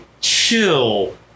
chill